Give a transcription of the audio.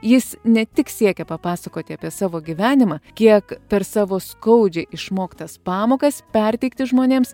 jis ne tik siekia papasakoti apie savo gyvenimą kiek per savo skaudžiai išmoktas pamokas perteikti žmonėms